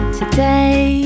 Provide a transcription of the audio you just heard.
today